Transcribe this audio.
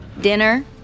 Dinner